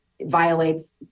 violates